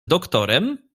doktorem